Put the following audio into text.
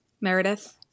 Meredith